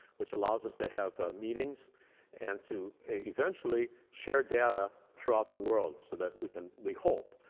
which allows us to have meetings and to eventually share data throughout the world so that we can, we hope,